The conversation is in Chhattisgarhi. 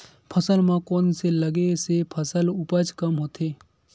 फसल म कोन से लगे से फसल उपज कम होथे?